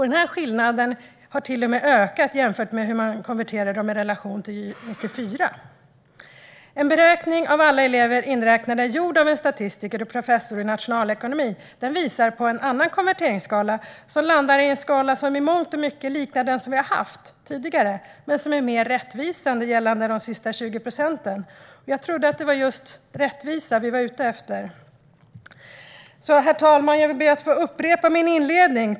Denna skillnad har till och med ökat jämfört med hur man konverterade dem i relation till Gy 94. En beräkning med alla elever inräknade gjord av en statistiker och professor i nationalekonomi visar på en annan konverteringskala, som i mångt och mycket landar i en liknande den vi har haft tidigare men är mer rättvisande vad gäller de sista 20 procenten - och jag trodde att det var just rättvisa vi var ute efter. Herr talman! Jag ber att få upprepa min inledning.